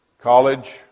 College